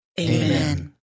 Amen